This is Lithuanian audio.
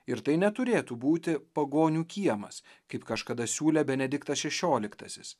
ir tai neturėtų būti pagonių kiemas kaip kažkada siūlė benediktas šešioliktasis